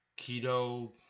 keto